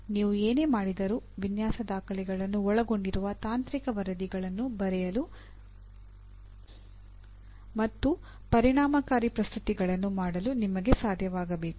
ನೀವು ಏನೇ ಮಾಡಿದರೂ ವಿನ್ಯಾಸ ದಾಖಲೆಗಳನ್ನು ಒಳಗೊಂಡಿರುವ ತಾಂತ್ರಿಕ ವರದಿಗಳನ್ನು ಬರೆಯಲು ಮತ್ತು ಪರಿಣಾಮಕಾರಿ ಪ್ರಸ್ತುತಿಗಳನ್ನು ಮಾಡಲು ನಿಮಗೆ ಸಾಧ್ಯವಾಗಬೇಕು